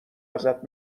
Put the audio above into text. ازت